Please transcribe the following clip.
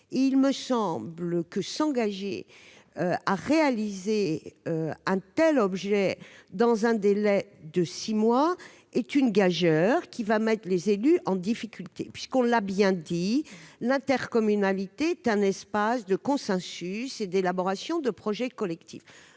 Il me semble que s'engager à réaliser un tel document dans un délai de six mois est une gageure, qui va mettre les élus en difficulté. On l'a bien dit, l'intercommunalité est un espace de consensus et d'élaboration de projets collectifs.